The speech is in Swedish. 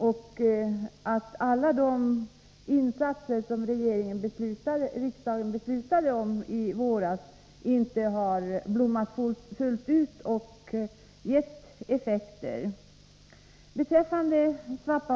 Men alla de insatser som riksdagen i våras beslutade om har ännu inte blommat ut och gett full effekt.